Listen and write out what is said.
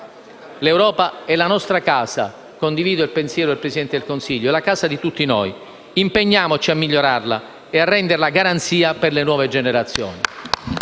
L'Europa è la nostra casa - condivido il pensiero del Presidente del Consiglio - la casa di tutti noi. Impegniamoci a migliorarla e a renderla garanzia per le nuove generazioni.